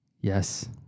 Yes